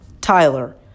Tyler